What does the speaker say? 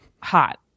hot